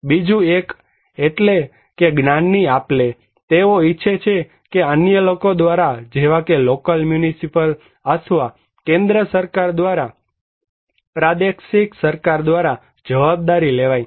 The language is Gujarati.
બીજું એક એટલે કે જ્ઞાનની આપલે તેઓ ઈચ્છે છે કે અન્ય લોકો દ્વારા જેવા કે લોકલ મ્યુનિસિપલ અથવા કેન્દ્ર સરકાર દ્વારા અથવા પ્રાદેશિક સરકાર દ્વારા જવાબદારી લેવાય